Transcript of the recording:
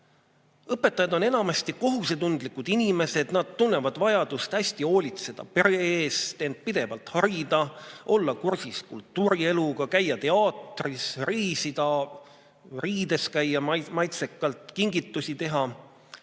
Õpetajad on enamasti kohusetundlikud inimesed, nad tunnevad vajadust hästi hoolitseda pere eest, end pidevalt harida, olla kursis kultuurieluga, käia teatris, reisida, käia maitsekalt riides, kingitusi teha.